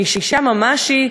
אם אישה ממש היא,